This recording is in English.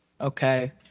Okay